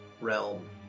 realm